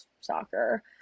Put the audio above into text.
soccer